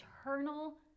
eternal